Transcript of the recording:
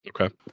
Okay